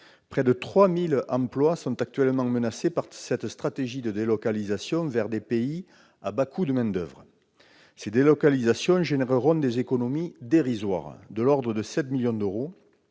Près de 3 000 emplois sont actuellement menacés par cette stratégie de délocalisation vers des pays à bas coûts de main-d'oeuvre. Ces délocalisations permettront des économies dérisoires, de l'ordre de 7 millions d'euros,